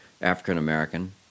African-American